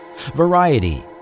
Variety